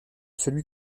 celui